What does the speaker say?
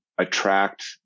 attract